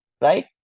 right